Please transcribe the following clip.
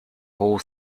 whole